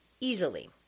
easily